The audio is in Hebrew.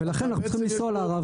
נכון, ולכן אנחנו צריכים לנסוע לערבה.